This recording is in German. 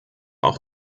auch